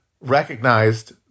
recognized